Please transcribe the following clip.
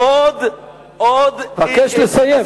אני מבקש לסיים.